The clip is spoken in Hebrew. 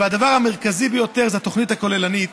והדבר המרכזי ביותר זה התוכנית הכוללנית,